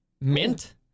mint